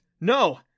No